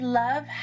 love